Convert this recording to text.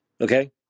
okay